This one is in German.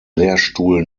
lehrstuhl